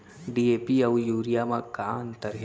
DAP अऊ urea म का अंतर हे?